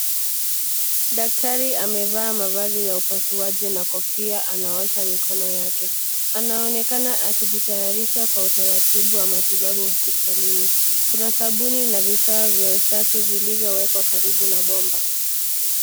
Daktari amevaa mavazi ya upasuaji na kofia anaosha mikono yake. Anaonekana akijitayarisha kwa utaratibu wa matibabu hospitalini. Kuna sabuni na vifaa vya usafi vilivyowekwa karibu na bomba.